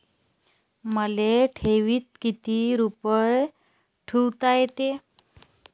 मले ठेवीत किती रुपये ठुता येते?